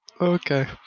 Okay